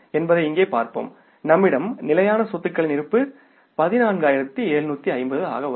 என்பதை இங்கே பார்ப்போம்நம்மிடம் நிலையான சொத்துக்களின் இருப்பு 14750 ஆக வரும்